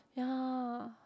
ya